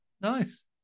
Nice